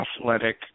athletic